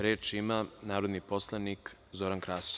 Reč ima narodni poslanik Zoran Krasić.